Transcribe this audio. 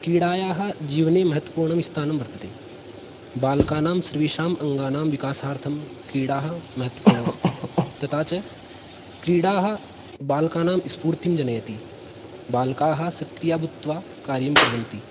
क्रीडायाः जीवने महत्त्वपूर्णं स्थानं वर्तते बालकानां सर्वेषाम् अङ्गानां विकासार्थं क्रीडाः महत्त्वपूर्णमस्ति तथा च क्रीडाः बालकानां स्फूर्तिं जनयन्ति बालकाः सत्याभूत्वा कार्यं कुर्वन्ति